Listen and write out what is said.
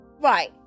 Right